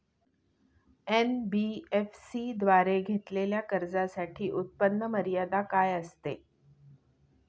NBFC द्वारे घेतलेल्या कर्जासाठी उत्पन्न मर्यादा काय असते?